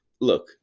look